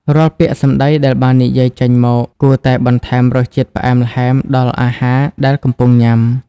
រាល់ពាក្យសម្ដីដែលបាននិយាយចេញមក គួរតែបន្ថែមរសជាតិផ្អែមល្ហែមដល់អាហារដែលកំពុងញ៉ាំ។